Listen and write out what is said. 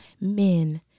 men